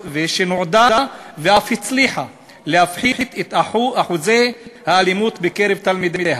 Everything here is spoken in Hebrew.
שנועדה ואף הצליחה להפחית את אחוזי האלימות בקרב תלמידיה.